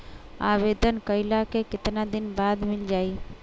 आवेदन कइला के कितना दिन बाद मिल जाई?